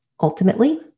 Ultimately